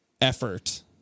Effort